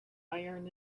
iron